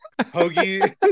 Hoagie